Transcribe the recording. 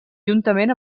juntament